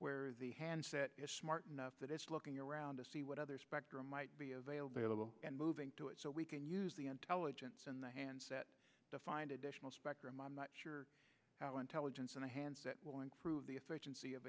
where the handset is smart enough that it's looking around to see what other spectrum might be available and moving to it so we can use the intelligence in the handset to find additional spectrum i'm not sure how intelligence and a handset will improve the efficiency of